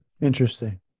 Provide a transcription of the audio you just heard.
Interesting